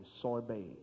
sorbet